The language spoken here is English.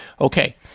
okay